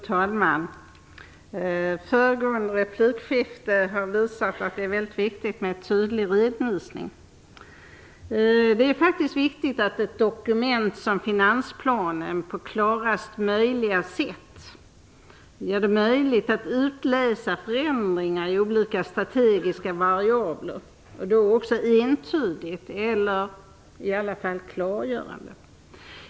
Fru talman! Föregående replikskifte visade att det är väldigt viktigt att ge en tydlig redovisning. Det är faktiskt viktigt att ett dokument som finansplanen så klart som möjligt är sådant att man kan utläsa förändringar i olika strategiska variabler - på ett entydigt sätt eller, som sagt, i varje fall på ett klargörande sätt.